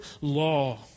law